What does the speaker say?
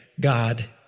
God